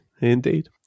indeed